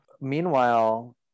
meanwhile